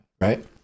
right